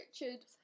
Richard